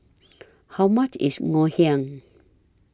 How much IS Ngoh Hiang